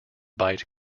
byte